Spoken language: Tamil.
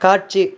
காட்சி